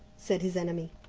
said his enemy.